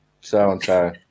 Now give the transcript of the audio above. so-and-so